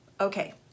Okay